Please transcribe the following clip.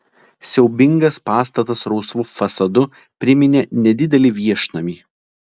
siaubingas pastatas rausvu fasadu priminė nedidelį viešnamį